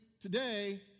today